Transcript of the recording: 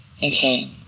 Okay